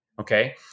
okay